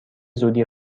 زودی